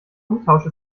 umtausch